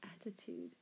attitude